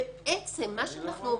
בנסיבות מיוחדות.